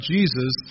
Jesus